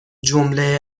جمله